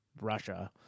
Russia